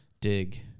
dig